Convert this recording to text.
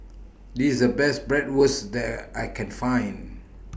This IS The Best Bratwurst that I Can Find